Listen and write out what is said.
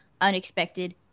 unexpected